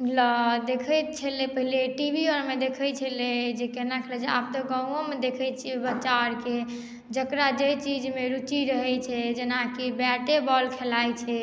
देखैत छलै पहिले टी वी आओरमे देखैत छलै जे केना खेलैत छै आब तऽ गाँवोमे देखैत छियै बच्चा आओरकेँ जकरा जे चीजमे रुचि रहैत छै जेनाकि बैटे बॉल खेलाइत छै